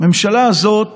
הממשלה הזאת